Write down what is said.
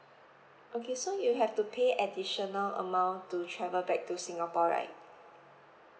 okay so you have to pay additional amount to travel back to singapore right